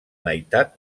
meitat